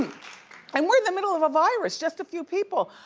and we're in the middle of a virus, just a few people.